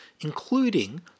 including